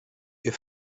wir